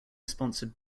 sponsored